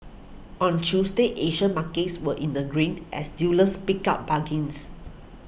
on Tuesday Asian markets were in the green as dealers picked up bargains